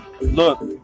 Look